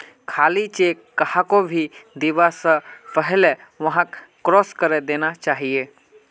खाली चेक कहाको भी दीबा स पहले वहाक क्रॉस करे देना चाहिए